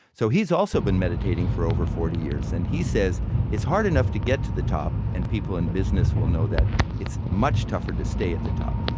so he's also been meditating for over forty years, and he says it's hard enough to get to the top. and people in business will know that it's much tougher to stay at the top,